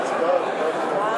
כמה.